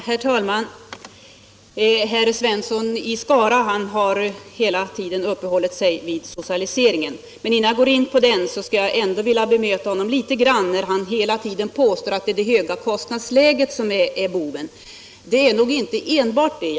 Herr talman! Herr Svensson i Skara uppehöll sig vid socialiseringen, men innan jag går in på den frågan vill jag något litet bemöta hans påstående att det höga kostnadsläget är boven i detta sammanhang. Det är det nog inte enbart.